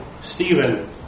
Stephen